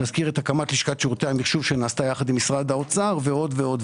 נזכיר את הקמת לשכת שירותי המחשוב שנעשתה יחד עם משרד האוצר ועוד.